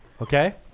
Okay